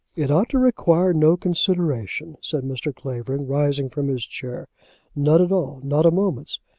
it ought to require no consideration, said mr. clavering, rising from his chair none at all not a moment's.